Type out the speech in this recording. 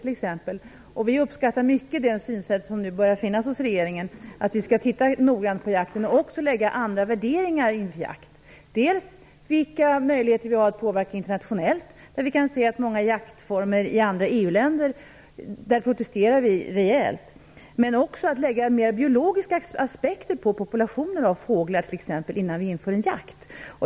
Vi uppskattar mycket det synsätt som nu börjar finnas hos regeringen, att vi skall titta noggrannt på jakten och lägga andra värderingar i jakten. Vi måste se vilka möjligheter vi har att påverka internationellt - vi protesterar t.ex. rejält mot en del jaktformer i andra EU-länder - och dessutom lägga mer biologiska aspekter på populationer av fåglar t.ex. innan vi inför jakt.